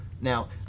Now